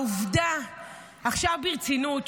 עכשיו ברצינות.